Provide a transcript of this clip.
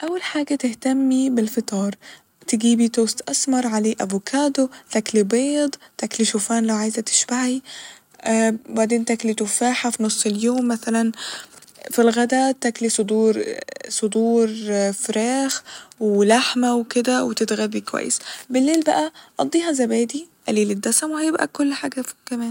أول حاجة تهتمي بالفطار ، تجيبي توست أسمر عليه أفوكادو ، تاكلي بيض تاكلي شوفان لو عايزه تشبعي و بعدين تاكلي تفاحة ف نص اليوم مثلا ، ف الغدا تاكلي صدور صدور فراخ ولحمة وكده وتتغذي كويس ، بالليل بقى قضيها زبادي قليل الدسم و هيبقى كل حاجة